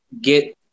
get